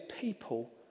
people